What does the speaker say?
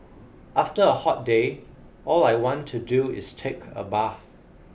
after a hot day all I want to do is take a bath